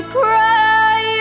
cry